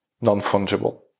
non-fungible